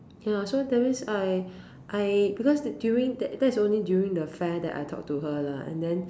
ya so that means I I because during that's only during the fair that I talk to her lah and then